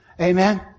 amen